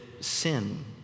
sin